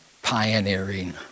pioneering